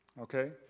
Okay